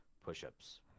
push-ups